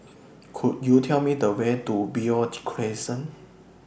Could YOU Tell Me The Way to Beo Crescent